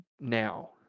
now